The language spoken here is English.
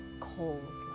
coals